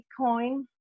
Bitcoin